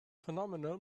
phenomenal